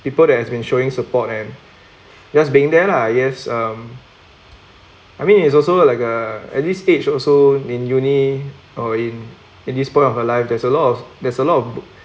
people that has been showing support and just being there lah yes um I mean it's also like a at least age also in uni or in in this point of your life there's a lot of there's a lot of